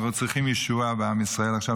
אנחנו צריכים ישועה בעם ישראל עכשיו,